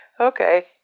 okay